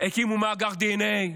הקימו מאגר דנ"א,